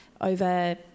over